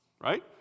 Right